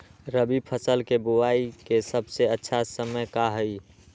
रबी फसल के बुआई के सबसे अच्छा समय का हई?